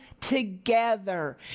together